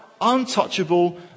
untouchable